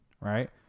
right